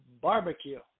barbecue